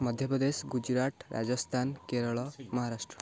Madhya Pradesh Gujarat Rajasthan Kerala Maharashtra